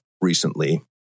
recently